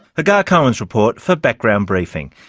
hagar cohen's report for background briefing.